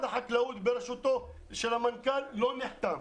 החקלאות בראשותו של המנכ"ל לא נחתם.